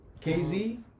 KZ